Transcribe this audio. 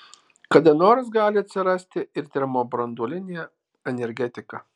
kada nors gali atsirasti ir termobranduolinė energetika